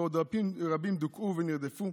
ועוד רבים דוכאו ונרדפו,